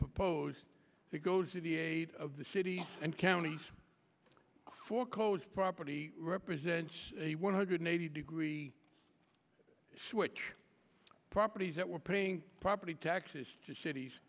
proposed to go to the aid of the cities and counties foreclosed property represents a one hundred eighty degree switch properties that were paying property taxes to cities